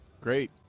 Great